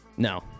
No